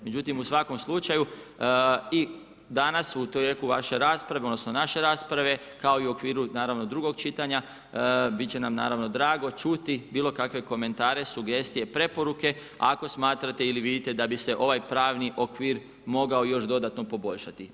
Međutim u svakom slučaju, i danas u tijeku vaše rasprave odnosno naše rasprave kao i u okviru naravno drugog čitanja, bit će nam naravno drago čuti bilo kakve komentare, sugestije, preporuke ako smatrate ili vidite da bi se ovaj pravni okvir mogao još dodatno poboljšati.